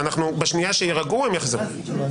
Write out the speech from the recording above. בשנייה שיירגעו, הם יחזרו.